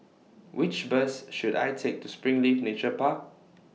Which Bus should I Take to Springleaf Nature Park